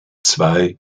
zwei